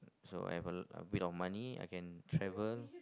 so I have a lot a bit of money I can travel